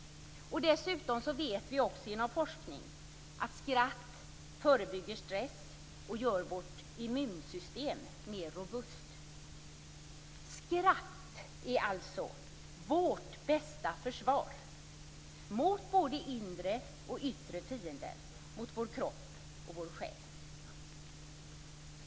Dessutom vet vi genom forskning att skratt förebygger stress och gör vårt immunsystem mer robust. Skratt är alltså vårt bästa försvar mot både inre och yttre fiender till vår kropp och vår själ.